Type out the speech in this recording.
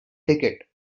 ticket